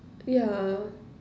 yeah